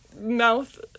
mouth